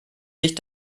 sich